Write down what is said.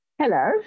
Hello